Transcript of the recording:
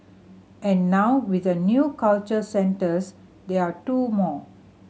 and now with the new cultural centres there are two more